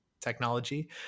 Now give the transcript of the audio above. technology